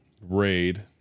raid